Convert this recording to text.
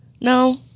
no